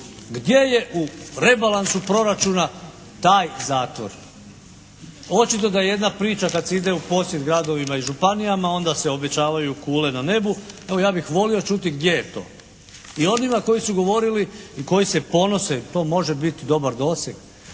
Gdje je u rebalansu proračuna taj zatvor? Očito da jedna priča kad se ide u posjed gradovima i županijama onda se obećavaju kule na nebu. Evo, ja bih volio čuti gdje je to i onima koji su govorili i koji se ponose. To može biti dobar doseg